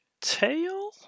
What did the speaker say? tail